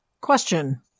Question